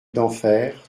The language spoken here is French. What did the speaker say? denfert